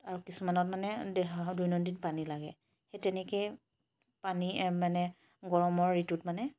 আৰু কিছুমানত মানে দৈনন্দিন পানী লাগে সেই তেনেকৈয়ে পানী মানে গৰমৰ ঋতুত মানে